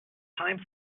time